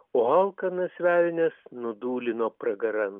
o alkanas velnias nudūlino pragaran